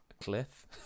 cliff